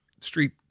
Street